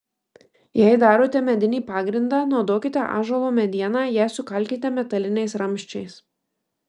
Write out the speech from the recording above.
jei darote medinį pagrindą naudokite ąžuolo medieną ją sukalkite metaliniais ramsčiais